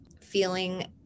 feeling